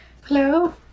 Hello